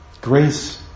Grace